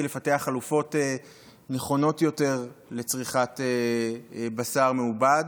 לפתח חלופות נכונות יותר לצריכת בשר מעובד,